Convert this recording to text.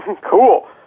Cool